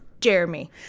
Jeremy